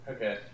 Okay